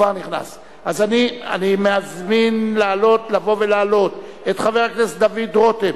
אני מזמין לבוא ולעלות את חבר הכנסת דוד רותם,